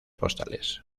postales